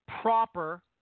proper